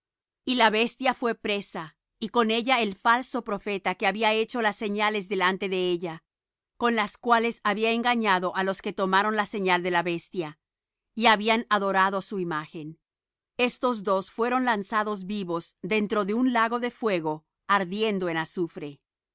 y la bestia fué presa y con ella el falso profeta que había hecho las señales delante de ella con las cuales había engañado á los que tomaron la señal de la bestia y habían adorado su imagen estos dos fueron lanzados vivos dentro de un lago de fuego ardiendo en azufre